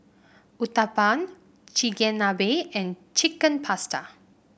Uthapam Chigenabe and Chicken Pasta